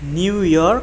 New York